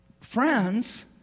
friends